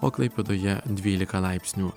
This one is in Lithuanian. o klaipėdoje dvylika laipsnių